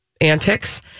antics